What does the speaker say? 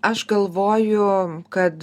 aš galvoju kad